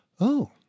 Oh